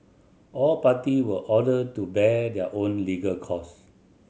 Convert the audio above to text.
all party were ordered to bear their own legal cost